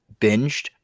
binged